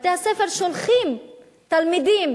בתי-הספר שולחים תלמידים